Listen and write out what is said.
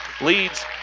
leads